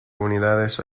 unidades